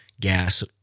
gas